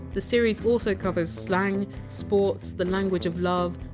the series also covers slang, sports, the language of love,